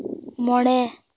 ᱢᱚᱬᱮ